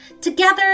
Together